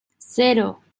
cero